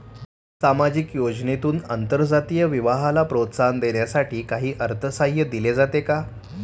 सामाजिक योजनेतून आंतरजातीय विवाहाला प्रोत्साहन देण्यासाठी काही अर्थसहाय्य दिले जाते का?